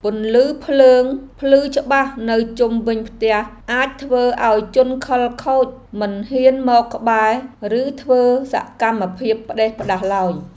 ពន្លឺភ្លើងភ្លឺច្បាស់នៅជុំវិញផ្ទះអាចធ្វើឱ្យជនខិលខូចមិនហ៊ានមកក្បែរឬធ្វើសកម្មភាពផ្តេសផ្តាសឡើយ។